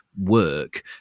work